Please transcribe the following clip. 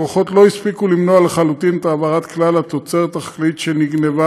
הכוחות לא הספיקו למנוע לחלוטין את העברת כלל התוצרת החקלאית שנגנבה